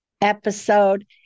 episode